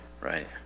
right